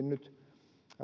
nyt